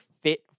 fit